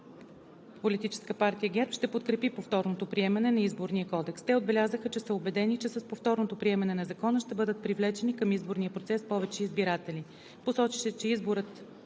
Политическа партия ГЕРБ ще подкрепи повторното приемане на Изборния кодекс. Те отбелязаха, че са убедени, че с повторното приемане на Закона ще бъдат привлечени към изборния процес повече избиратели.